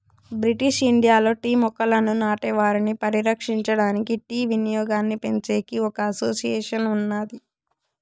British ఇండియాలో tea మొక్కలను నాటే వారిని పరిరక్షించడానికి, టీ వినియోగాన్నిపెంచేకి ఒక అసోసియేషన్ ఉన్నాది